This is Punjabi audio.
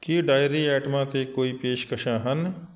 ਕੀ ਡਾਇਰੀ ਆਈਟਮਾਂ 'ਤੇ ਕੋਈ ਪੇਸ਼ਕਸ਼ਾਂ ਹਨ